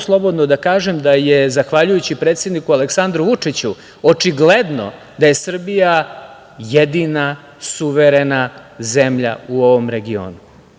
slobodno da kažem da je zahvaljujući predsedniku Aleksandru Vučiću očigledno da je Srbija jedina suverena zemlja u ovom regionu